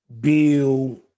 Bill